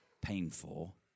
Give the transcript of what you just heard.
painful